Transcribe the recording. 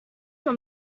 your